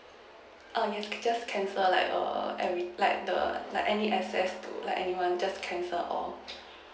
err you can just cancel like err every like the like any access to like anyone just cancel all